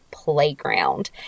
playground